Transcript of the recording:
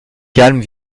calme